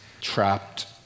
trapped